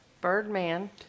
Birdman